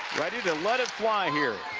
ready to let it fly here.